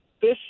fish